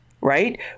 right